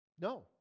No